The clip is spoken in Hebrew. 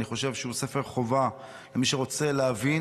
אני חושב שהוא ספר חובה למי שרוצה להבין